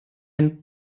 einen